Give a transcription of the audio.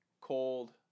Cold